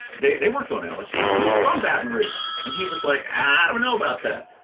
they they work on lsu. he was from baton rouge and he was like, i don't know about that.